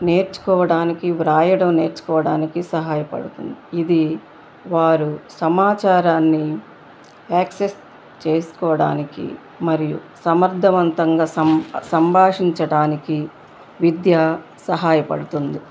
నేర్చుకోవడానికి రాయడం నేర్చుకోడానికి సహాయపడుతుంది ఇది వారు సమాచారాన్ని యాక్సెస్ చేసుకోవడానికి మరియు సమర్ధవంతంగా సం సంభాషించడానికి విద్య సహాయపడుతుంది